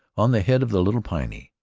on the head of the little piney,